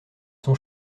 sont